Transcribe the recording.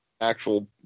actual